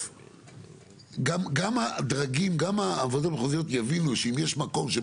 אחרי השנייה, אוטומטית ין דרך חזרה.